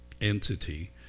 entity